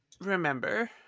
remember